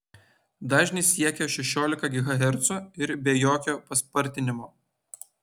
dažnis siekia šešiolika gigahercų ir be jokio paspartinimo